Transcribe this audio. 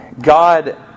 God